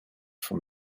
from